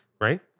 right